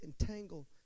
entangle